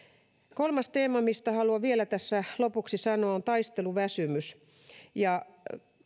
kolmas teema mistä haluan vielä tässä lopuksi sanoa on taisteluväsymys